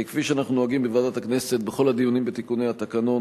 כפי שאנחנו נוהגים בוועדת הכנסת בכל הדיונים בתיקוני התקנון,